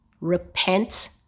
repent